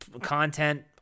content